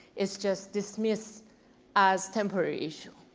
is just dismissed as temporary issue?